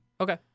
Okay